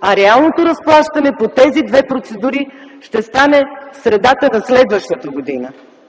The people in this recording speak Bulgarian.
А реалното разплащане по тези две процедури ще стане в средата на следващата година!